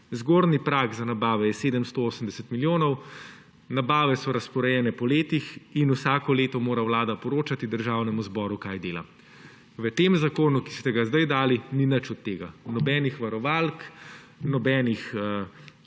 zgornji prag za nabave 780 milijonov. Nabave so razporejene po letih in vsako leto mora Vlada poročati Državnemu zboru, kaj dela. V tem zakonu, ki ste ga zdaj dali, ni nič od tega: nobenih varovalk, nobenih